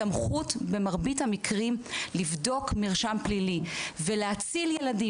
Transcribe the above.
הסמכות לבדוק מרשם פלילי ולהציל ילדים,